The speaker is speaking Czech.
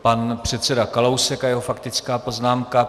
Pan předseda Kalousek a jeho faktická poznámka.